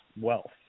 wealth